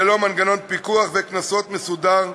ללא מנגנון פיקוח וקנסות מסודר,